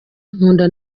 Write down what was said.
nkunda